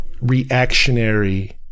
reactionary